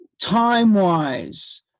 time-wise